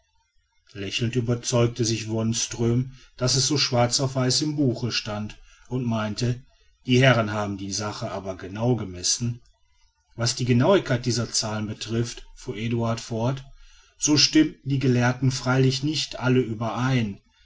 lächelnd überzeugte sich wonström daß es so schwarz auf weiß im buche stand und meinte die herren haben die sache aber genau gemessen was die genauigkeit dieser zahlen betrifft fuhr eduard fort so stimmen die gelehrten freilich nicht alle überein